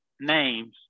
names